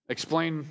Explain